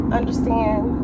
understand